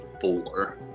four